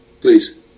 Please